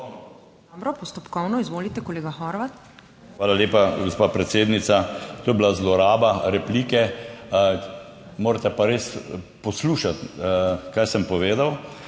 Hvala lepa, gospa predsednica. To je bila zloraba replike. Morate pa res poslušati, kaj sem povedal.